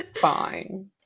fine